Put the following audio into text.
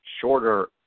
shorter